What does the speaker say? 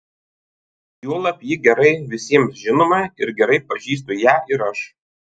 juolab ji gerai visiems žinoma ir gerai pažįstu ją ir aš